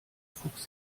fuchs